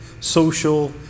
social